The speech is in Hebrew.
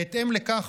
בהתאם לכך,